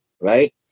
right